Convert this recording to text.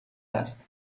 است